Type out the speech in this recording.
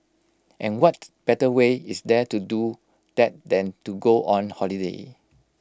and what better way is there to do that than to go on holiday